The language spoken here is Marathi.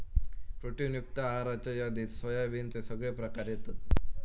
प्रोटीन युक्त आहाराच्या यादीत सोयाबीनचे सगळे प्रकार येतत